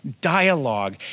dialogue